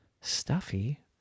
stuffy